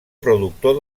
productor